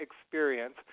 Experience